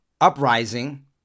uprising